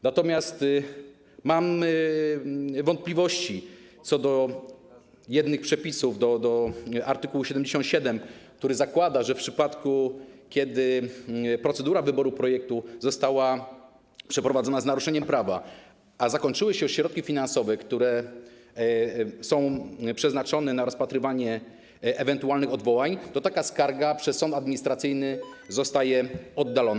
Natomiast mam wątpliwości co do przepisów art. 77, który zakłada, że w przypadku gdy procedura wyboru projektu została przeprowadzona z naruszeniem prawa, a skończyły się środki finansowe, które są przeznaczone na rozpatrywanie ewentualnych odwołań, taka skarga przez sąd administracyjny zostaje oddalona.